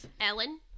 Ellen